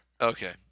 Okay